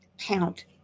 count